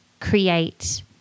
create